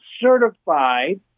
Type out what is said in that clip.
certified